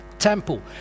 temple